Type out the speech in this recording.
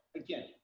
again